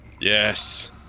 Yes